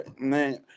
man